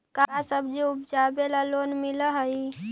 का सब्जी उपजाबेला लोन मिलै हई?